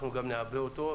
אנחנו גם נעבה אותו.